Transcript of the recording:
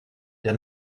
der